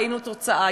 ראינו תוצאה,